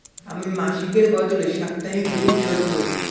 আমি মাসিকের বদলে সাপ্তাহিক ঋন শোধ করছি